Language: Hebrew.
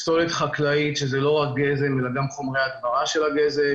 פסולת חקלאית שזה לא רק גזם אלא גם חומרי הדברה של הגזם,